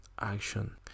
action